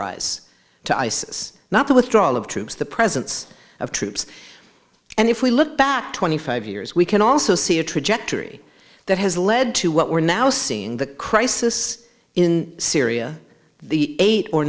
rise to isis not the withdrawal of troops the presence of troops and if we look back twenty five years we can also see a trajectory that has led to what we're now seeing the crisis in syria the eight or